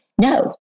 no